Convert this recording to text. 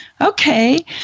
Okay